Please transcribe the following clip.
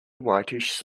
whitish